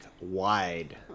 wide